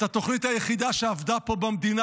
את התוכנית היחידה שעבדה פה במדינה